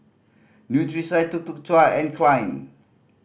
Nutrisoy Tuk Tuk Cha and Klein